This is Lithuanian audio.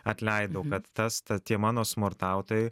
atleidau kad tas ta tie mano smurtautojai